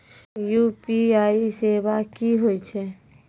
UPI सेवा की होय छै?